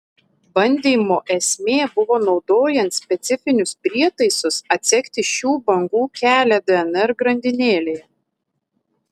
bandymo esmė buvo naudojant specifinius prietaisus atsekti šių bangų kelią dnr grandinėlėje